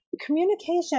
communication